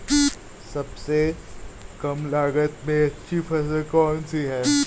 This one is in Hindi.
सबसे कम लागत में अच्छी फसल कौन सी है?